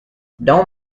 don’t